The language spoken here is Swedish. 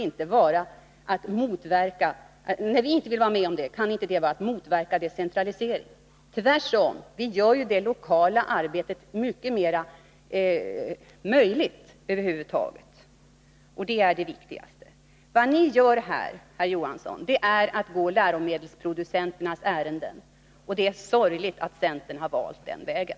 När vi inte vill vara med om det kan det inte vara att motverka en decentralisering! Tvärtom! Det är detta stöd som över huvud taget gör det lokala arbetet möjligt. Det är det viktigaste. Vad ni här gör är att gå läromedelsproducenternas ärenden, och det är sorgligt att centern har valt den vägen.